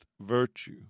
virtue